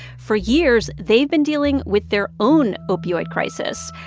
for years, they've been dealing with their own opioid crisis,